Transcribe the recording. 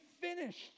finished